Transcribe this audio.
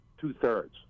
two-thirds